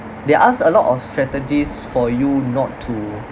they ask a lot of strategies for you not to